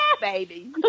baby